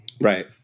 Right